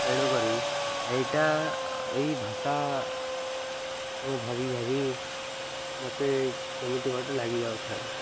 ତେଣୁକରି ଏଇଟା ଏଇ ଭାଷା ମୁଁ ଭାବି ଭାବି ମୋତେ କେମିତି ଗୋଟେ ଲାଗିଯାଉଥାଏ